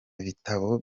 bitabo